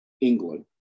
England